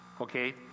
okay